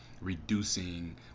reducing